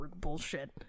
bullshit